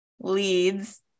leads